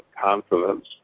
confidence